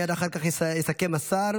מייד אחר כך יסכם השר.